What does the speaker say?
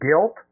guilt